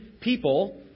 people